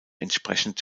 entsprechend